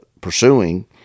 pursuing